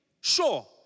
sure